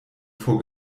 vor